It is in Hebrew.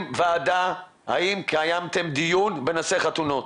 קיימתם ועדה, האם קיימתם דיון בנושא חתונות?